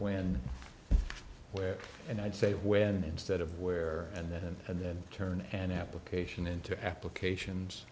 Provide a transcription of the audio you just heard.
and where and i'd say when instead of where and then and then turn an application into applications